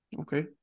okay